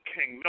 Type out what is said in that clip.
King